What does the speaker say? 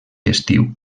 estiu